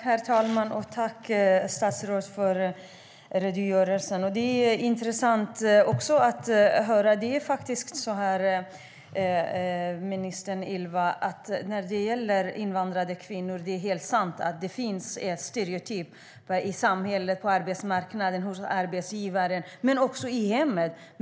Herr talman! Tack, statsrådet, för redogörelsen! Det var intressant att höra. Det är faktiskt så här, ministern, när det gäller invandrade kvinnor. Det är helt sant att det finns en stereotyp i samhället, på arbetsmarknaden och hos arbetsgivaren men också i hemmet.